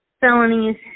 felonies